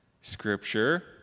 Scripture